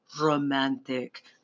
romantic